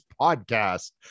podcast